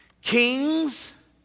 Kings